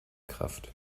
kraft